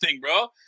bro